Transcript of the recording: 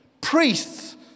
priests